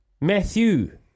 Matthew